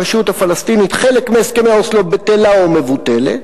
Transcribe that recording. הרשות הפלסטינית, חלק מהסכמי אוסלו, בטלה ומבוטלת.